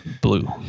blue